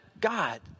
God